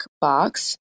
box